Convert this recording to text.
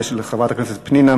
ושל חברת הכנסת פנינה,